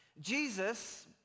Jesus